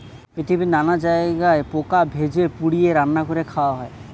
পৃথিবীর নানা জায়গায় পোকা ভেজে, পুড়িয়ে, রান্না করে খাওয়া হয়